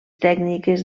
tècniques